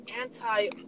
anti